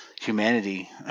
humanity